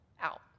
out